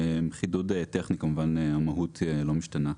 חידוד טכני כמובן, המהות לא משתנה.